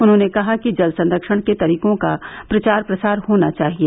उन्होंने कहा कि जल संरक्षण के तरीकों का प्रचार प्रसार होना चाहिए